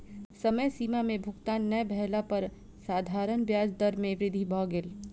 समय सीमा में भुगतान नै भेला पर साधारण ब्याज दर में वृद्धि भ गेल